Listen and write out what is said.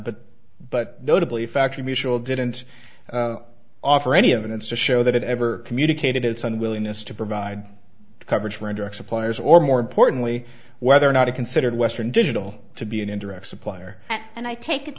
but but notably factory mutual didn't offer any evidence to show that it ever communicated its unwillingness to provide coverage for indirect suppliers or more importantly whether or not it considered western digital to be an indirect supplier and i take i